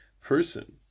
person